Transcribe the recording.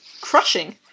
crushing